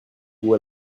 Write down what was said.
vous